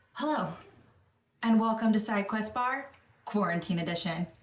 hello and welcome to sidequest bar quarantine edition.